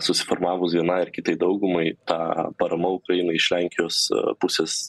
susiformavus vienai ar kitai daugumai ta parama ukrainai iš lenkijos pusės